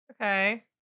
Okay